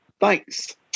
thanks